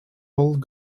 old